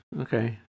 okay